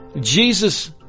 Jesus